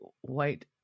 white